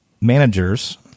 managers